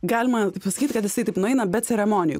galima taip pasakyt kad jisai taip nueina be ceremonijų